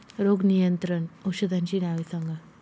रोग नियंत्रण औषधांची नावे सांगा?